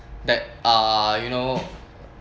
that uh you know